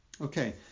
Okay